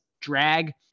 drag